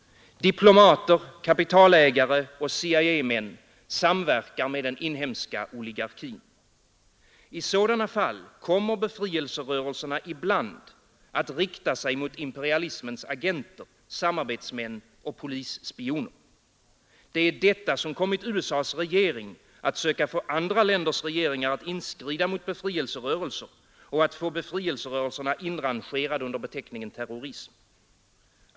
Diplomater, kapitalägare och CIA-män samverkar med den inhemska oligarkin. I sådana fall kommer befrielserörelserna ibland att rikta sig mot imperialismens agenter, samarbetsmän och polisspioner. Det är detta som kommit USA:s regering att söka få andra länders regeringar att inskrida mot befrielserörelser och att få befrielserörelserna inrangerade under beteckningen terrorism.